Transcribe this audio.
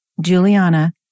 Juliana